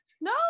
no